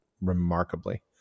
remarkably